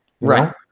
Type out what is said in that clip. Right